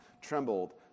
trembled